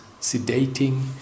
sedating